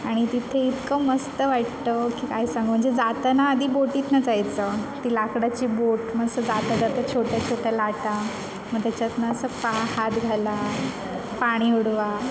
आणि तिथे इतकं मस्त वाटतं की काय सांगू म्हणजे जाताना आधी बोटीतनं जायचं ती लाकडाची बोट मग असं जाता जाता छोट्या छोट्या लाटा मग त्याच्यातनं असं पा हात घाला पाणी उडवा